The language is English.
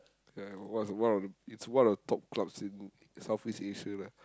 ya it was one of it's one of the top clubs in Southeast-Asia lah